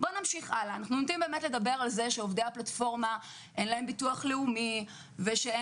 אנחנו נוטים לדבר על זה שלעובדי הפלטפורמה אין ביטוח לאומי ואין